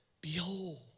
Behold